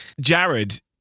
Jared